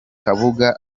kabuga